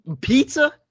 pizza